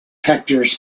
hectares